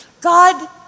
God